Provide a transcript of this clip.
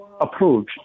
approach